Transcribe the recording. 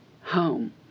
home